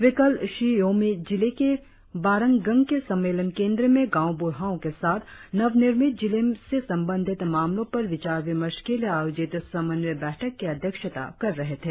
वे कल शी योमी जिले के बारनगंग के सम्मेलन केंद्र में गाव बुढ़ाओ के साथ नवनिर्मित जिले से संबंधित मामलो पर विचार विमर्श के लिए आयोजित समन्वय बैठक की अध्यक्षता कर रहे थे